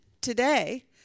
today